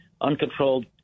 uncontrolled